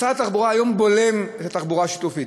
משרד התחבורה היום בולם את התחבורה השיתופית,